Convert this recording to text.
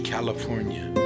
California